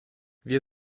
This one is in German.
wir